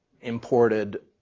imported